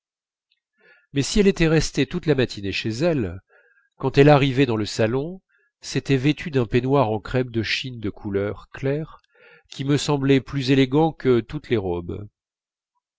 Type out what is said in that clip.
mais si elle était restée toute la matinée chez elle quand elle arrivait dans le salon c'était vêtue d'un peignoir en crêpe de chine de couleur claire qui me semblait plus élégant que toutes les robes